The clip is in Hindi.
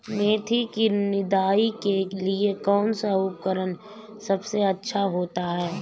मेथी की निदाई के लिए कौन सा उपकरण सबसे अच्छा होता है?